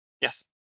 Yes